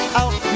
out